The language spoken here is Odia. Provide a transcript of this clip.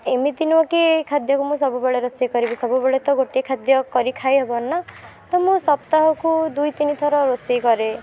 ଏମିତି ନୁହେଁ କି ଏଇ ଖାଦ୍ୟକୁ ମୁଁ ସବୁବେଳେ ରୋଷେଇ କରିବି ସବୁବେଳେ ତ ଗୋଟିଏ ଖାଦ୍ୟ କରି ଖାଇ ହେବନି ନା ତ ମୁଁ ସପ୍ତାହକୁ ଦୁଇ ତିନିଥର ରୋଷେଇ କରେ